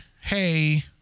hey